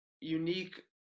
unique